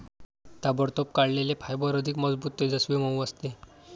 ताबडतोब काढलेले फायबर अधिक मजबूत, तेजस्वी, मऊ असते